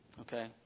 Okay